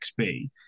XB